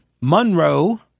Monroe